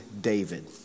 David